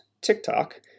TikTok